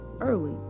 early